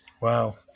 Wow